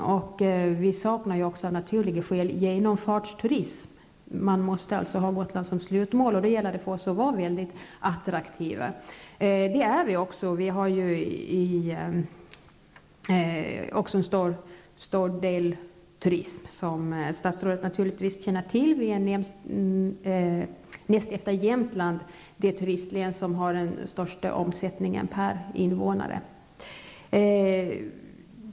Gotland saknar ju också av naturliga skäl genomfartsturism. Man måste alltså ha Gotland som slutmål, och det gäller för oss att vara väldigt attraktiva, vilket vi också är. Som statsrådet känner till har Gotland en stor del av turismen. Näst efter Jämtland är Gotland det turistlän som har den största omsättningen per invånare.